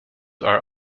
are